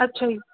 ਅੱਛਾ ਜੀ